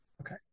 Okay